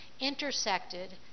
intersected